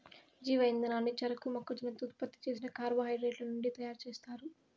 జీవ ఇంధనాన్ని చెరకు, మొక్కజొన్నతో ఉత్పత్తి చేసిన కార్బోహైడ్రేట్ల నుంచి తయారుచేస్తారు